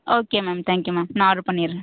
okay ma'am thank you ma'am நான் order பண்ணிடுறேன்